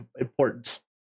importance